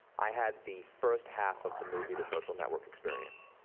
i had the first half of the movie, the social network experience.